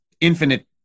infinite